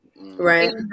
Right